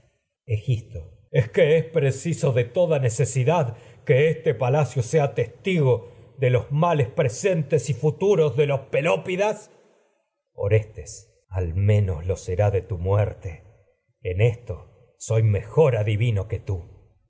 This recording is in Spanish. este es sea que es preciso de toda necesidad los males palacio los testigo de presentes y futu ros de pelópidas orestes al menos lo será de tu muerte en esto soy mejor adivino que tú